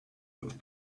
with